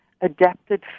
adapted